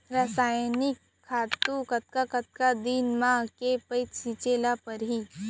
रसायनिक खातू कतका कतका दिन म, के पइत छिंचे ल परहि?